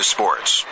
Sports